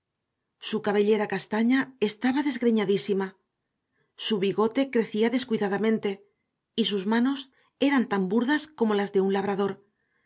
su cabellera castaña estaba desgreñadísima su bigote crecía descuidadamente y sus manos eran tan burdas como las de un labrador